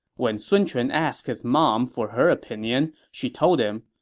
when sun quan asked his mom for her opinion, she told him,